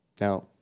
Now